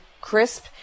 crisp